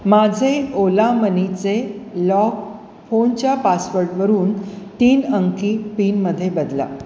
माझे ओला मनीचे लॉक फोनच्या पासवर्डवरून तीन अंकी पिनमध्ये बदला